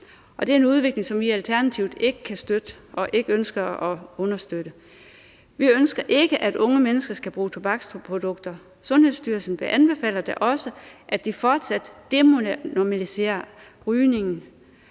det er en udvikling, som vi i Alternativet ikke kan støtte og ikke ønsker at understøtte. Vi ønsker ikke, at unge mennesker skal bruge tobaksprodukter. Sundhedsstyrelsen anbefaler da også, at vi fortsat denormaliserer rygning,